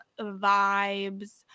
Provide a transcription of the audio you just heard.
vibes